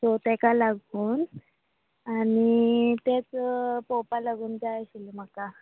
so तेका लागून आनी तेंच पोवपा लागून जाय आशिल्लें म्हाका